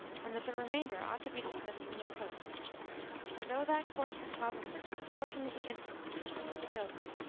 and that the remainder ought to be dismissed from their posts for though that course would cause a certain proportion of the innocent to suffer with the guilty,